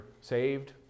saved